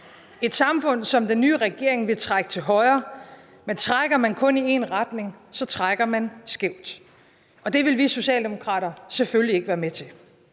et samfund, som den nye regering vil trække til højre. Men trækker man kun i én retning, trækker man skævt, og det vil vi Socialdemokrater selvfølgelig ikke være med til.